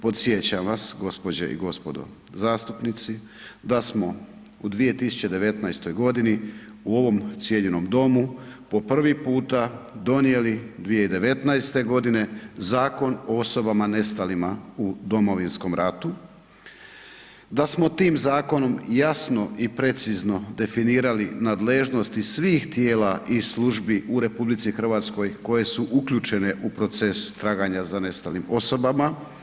Podsjećam vas gospođe i gospodo zastupnici da smo u 2019. godini u ovom cijenjenom domu po prvi puta donijeli 2019. godine Zakon o osobama nestalim u Domovinskom ratu, da smo tim zakonom jasno i precizno definirali nadležnosti svih tijela i službi u RH koje su uključene u proces traganja za nestalim osobama.